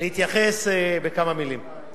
להתייחס בכמה מלים.